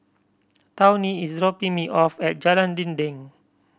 Tawny is dropping me off at Jalan Dinding